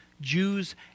Jews